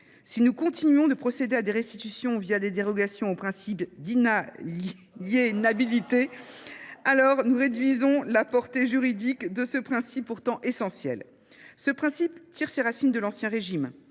Si nous continuons de procéder à des restitutions via des dérogations au principe d'inaliénabilité, alors nous réduisons la portée juridique de ce principe pourtant essentiel. Ce principe tire ses racines de l'ancien régime.